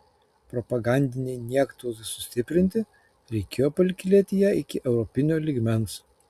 propagandinei niektauzai sustiprinti reikėjo pakylėti ją iki europinio lygmens